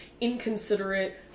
inconsiderate